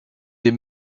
des